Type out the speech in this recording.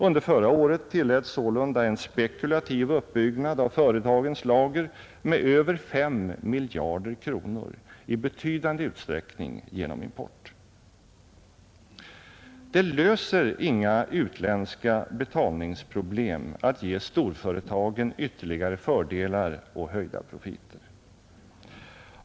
Under förra året tilläts sålunda en spekulativ uppbyggnad av företagens lager med över 5 miljarder kronor, i betydande utsträckning genom import. Det löser inga utländska betalningsproblem att ge storföretagen ytterligare fördelar och höjda profiter.